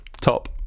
top